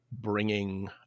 bringing